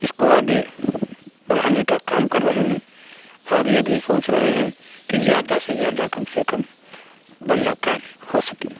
इसको आगे बढ़ाने का काम कर रहे हैं और यह भी सोच रहे हैं कि ज़्यादा से ज़्यादा कम से कम बढ़ियाँ काम हो सके